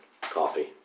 Coffee